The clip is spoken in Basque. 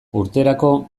urterako